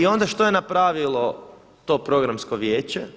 I onda što je napravilo to Programsko vijeće?